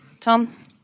Tom